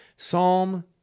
Psalm